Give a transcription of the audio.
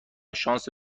شانس